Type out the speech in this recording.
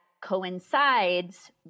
coincides